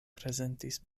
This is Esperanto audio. prezentis